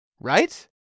Right